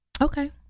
Okay